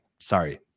sorry